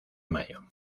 mayo